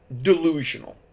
delusional